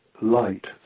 light